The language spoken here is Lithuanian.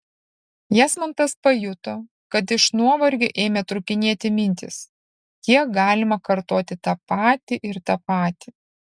jasmantas pajuto kad iš nuovargio ėmė trūkinėti mintys kiek galima kartoti tą patį ir tą patį